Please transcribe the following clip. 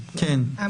בידוד.